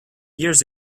years